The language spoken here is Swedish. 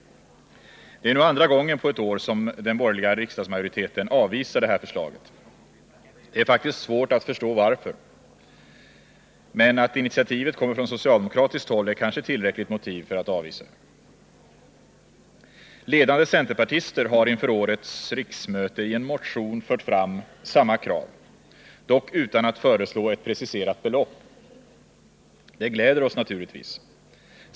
Det är nu andra gången på ett år som den borgerliga riksdagsmajoriteten avvisar det här förslaget. Det är faktiskt svårt att förstå varför. Men att initiativet kommer från socialdemokratiskt håll är kanske tillräckligt motiv för att avvisa det. Ledande centerpartister har inför årets riksmöte i en motion fört fram samma krav — dock utan att föreslå ett preciserat belopp. Det gläder oss naturligtvis.